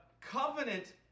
covenant